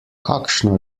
kakšno